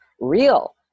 real